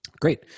Great